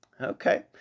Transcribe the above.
Okay